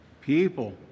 People